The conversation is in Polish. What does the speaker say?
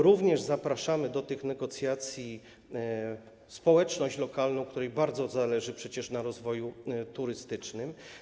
Również zapraszamy do tych negocjacji społeczność lokalną, której bardzo zależy przecież na rozwoju turystycznym.